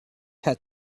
had